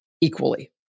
equally